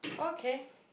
okay